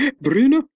Bruno